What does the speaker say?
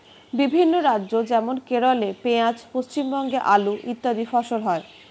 বিভিন্ন রাজ্য যেমন কেরলে পেঁয়াজ, পশ্চিমবঙ্গে আলু ইত্যাদি ফসল হয়